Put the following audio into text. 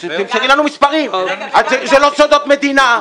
תמסרי לנו מספרים, אלו לא סודות מדינה.